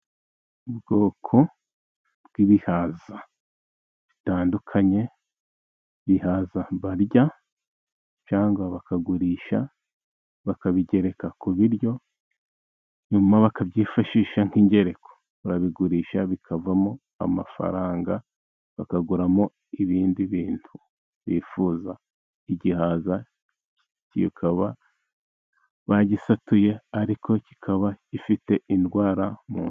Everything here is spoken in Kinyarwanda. Ubwoko bw'ibihaza bitandukanye. Ibihaza barya cyangwa bakagurisha, bakabigereka ku biryo, nyuma bakabyifashisha nk'ingereko. Barabigurisha bikavamo amafaranga bakaguramo ibindi bintu bifuza. Igihaza bakaba bagisatuye, ariko kikaba gifite indwara mu nda.